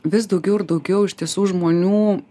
vis daugiau ir daugiau iš tiesų žmonių